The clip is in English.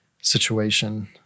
situation